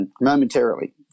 Momentarily